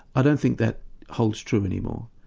i don't think that holds true anymore,